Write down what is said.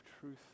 truth